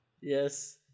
Yes